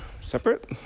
separate